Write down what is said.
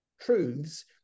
truths